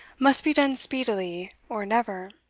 must be done speedily, or never.